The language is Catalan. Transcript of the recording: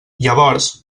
llavors